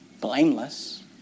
blameless